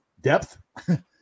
depth